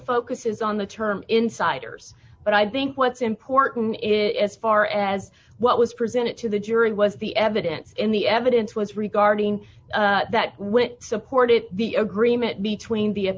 focuses on the term insiders but i think what's important it's far as what was presented to the jury was the evidence in the evidence was regarding that which supported the agreement between